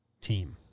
team